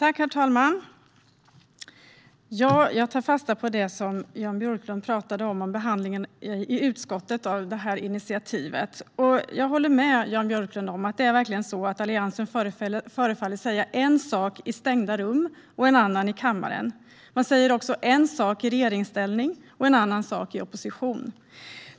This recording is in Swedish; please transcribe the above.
Herr talman! Jag tar fasta på det som Jan Björklund talade om vad gäller behandlingen av initiativet i utskottet. Jag håller verkligen med honom om att Alliansen förefaller säga en sak i stängda rum och en annan i kammaren. Man säger också en sak i regeringsställning och en annan i opposition.